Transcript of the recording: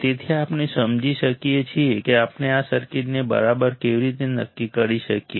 તેથી આપણે સમજી શકીએ છીએ કે આપણે આ સર્કિટને બરાબર કેવી રીતે નક્કી કરી શકીએ